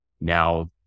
Now